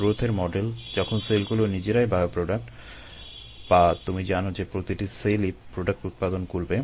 গ্রোথের মডেল যখন সেলগুলো নিজেরাই বায়োপ্রোডাক্ট বা তুমি জানো যে প্রতিটি সেলই প্রোডাক্ট উৎপাদন করবে